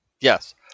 Yes